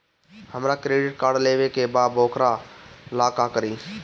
हमरा credit card लेवे के बा वोकरा ला का करी?